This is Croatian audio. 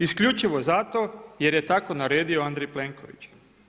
Isključivo zato jer je tako naredio Andrej Plenković.